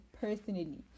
personally